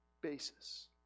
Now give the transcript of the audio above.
basis